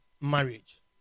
marriage